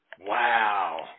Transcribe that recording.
Wow